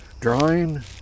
drawing